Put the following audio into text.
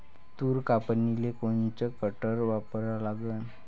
तूर कापनीले कोनचं कटर वापरा लागन?